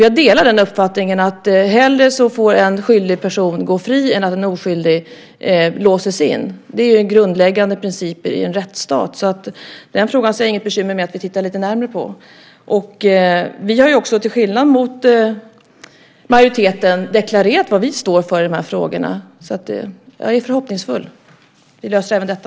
Jag delar nämligen uppfattningen att en skyldig person hellre får gå fri än att en oskyldig låses in. Det är en grundläggande princip i en rättsstat, så jag ser inget bekymmer med att vi tittar lite närmare på den frågan. Vi har ju också, till skillnad från majoriteten, deklarerat vad vi står för i de här frågorna, så att jag är förhoppningsfull. Vi löser även detta.